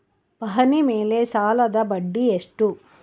ಪಹಣಿ ಮೇಲೆ ಸಾಲದ ಬಡ್ಡಿ ಎಷ್ಟು?